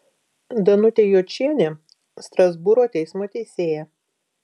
danutė jočienė strasbūro teismo teisėja